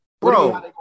Bro